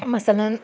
مَثَلن